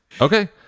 Okay